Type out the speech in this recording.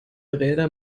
räder